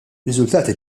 riżultati